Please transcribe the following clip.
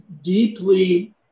deeply